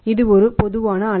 இது ஒரு பொதுவான அளவு